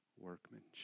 workmanship